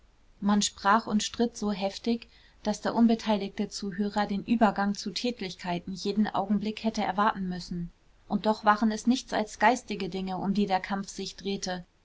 man sprach und stritt so heftig daß der unbeteiligte zuhörer den übergang zu tätlichkeiten jeden augenblick hätte erwarten müssen und doch waren es nichts als geistige dinge um die der kampf sich drehte